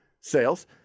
Sales